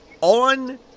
on